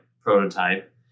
prototype